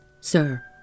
sir